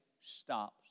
stops